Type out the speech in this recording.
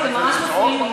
אתם ממש מפריעים לי,